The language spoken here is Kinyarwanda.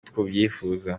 tubyifuza